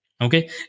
Okay